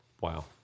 wow